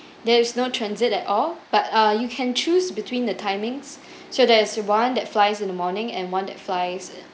there is no transit at all but uh you can choose between the timings so there is one that flies in the morning and one that flies